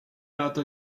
dato